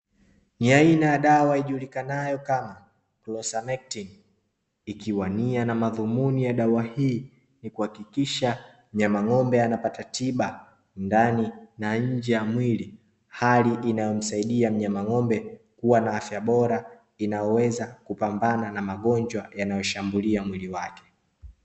Ni aina ya dawa ijulikanayo kama (closamectin), ikiwa nia na madhumuni ya dawa hii ni kuhakikisha mnyama ngómbe anapata tiba ndani na nje ya mwili hali inayomsahidia mnyama ngómbe kuwa na afya bora inayoweza kupambana na magonjwa yanayoshambulia mwili wake.